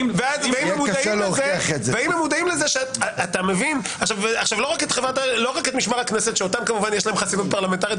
לא רק את משמר הכנסת שכמובן יש להם חסינות פרלמנטרית,